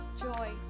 Joy